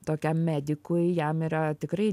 tokiam medikui jam yra tikrai